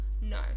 No